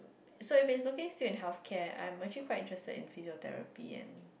so if he's looking still in healthcare I'm actually quite interested in physiotherapy and